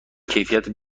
کیفیت